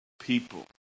People